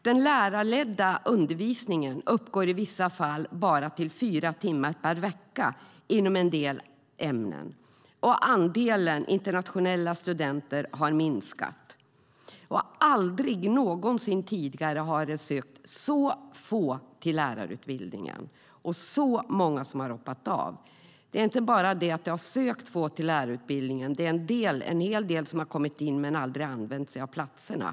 Den lärarledda undervisningen uppgår i vissa fall bara till fyra timmar per vecka inom en del ämnen, och andelen internationella studenter minskar som en följd av regeringens politik. Aldrig någonsin tidigare har så få sökt till lärarutbildningen och så många hoppat av. Det är inte bara det att få har sökt till lärarutbildningen, utan det är en hel del som har kommit in men aldrig använt sig av platserna.